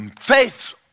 Faith